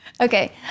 Okay